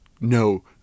No